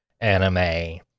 anime